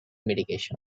medication